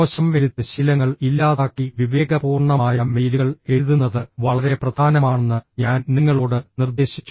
മോശം എഴുത്ത് ശീലങ്ങൾ ഇല്ലാതാക്കി വിവേകപൂർണ്ണമായ മെയിലുകൾ എഴുതുന്നത് വളരെ പ്രധാനമാണെന്ന് ഞാൻ നിങ്ങളോട് നിർദ്ദേശിച്ചു